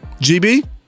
GB